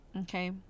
okay